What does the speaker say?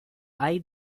hay